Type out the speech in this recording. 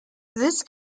this